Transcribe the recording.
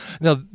Now